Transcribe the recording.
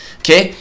okay